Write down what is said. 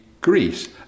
Greece